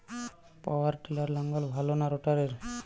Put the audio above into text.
পাওয়ার টিলারে লাঙ্গল ভালো না রোটারের?